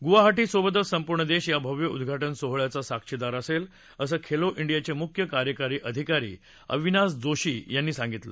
गुवाहाटी सोबतच संपूर्ण देश या भव्य उद्दघाटन सोहळ्याचा साक्षीदार असेल असं खेलो इंडियाचे मुख्य कार्यकारी अधिकारी अविनाश जोशी यांनी सांगितलं